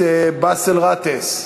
הכנסת באסל גאטֵס.